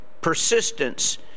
persistence